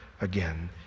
again